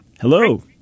Hello